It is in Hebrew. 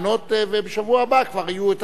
ובשבוע הבא כבר יהיו השרים האלה.